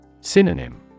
Synonym